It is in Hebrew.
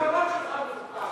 אתה, שלך מלוכלך.